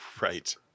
Right